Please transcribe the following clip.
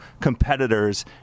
competitors